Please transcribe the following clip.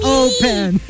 open